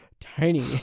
tiny